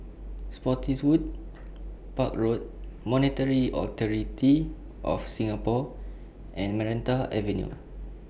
Spottiswoode Park Road Monetary Authority of Singapore and Maranta Avenue